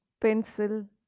pencil